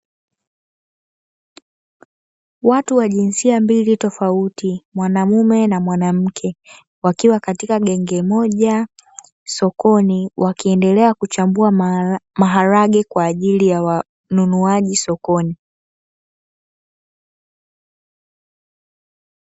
Watu wa jinsia mbili tofauti, mwanamume na mwanamke; wakiwa katika genge moja sokoni, wakiendelea kuchagua maharage kwa ajili ya wanunuaji sokoni.